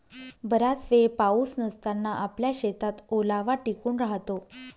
बराच वेळ पाऊस नसताना आपल्या शेतात ओलावा टिकून राहतो